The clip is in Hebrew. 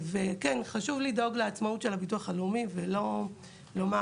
חשוב לדאוג לעצמאות של הביטוח הלאומי ולא לומר,